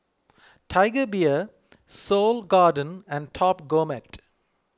Tiger Beer Seoul Garden and Top Gourmet